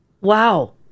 Wow